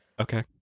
Okay